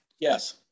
Yes